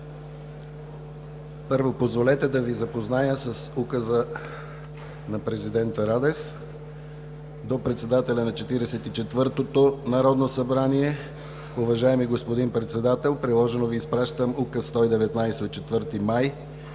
Първо, позволете да Ви запозная с Указа на президента Радев: „До Председателя на Четиридесет и четвъртото Народно събрание. Уважаеми господин Председател, приложено Ви изпращам Указ № 119 от 4 май